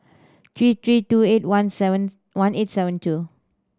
three three two eight one seventh one eight seven two